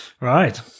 Right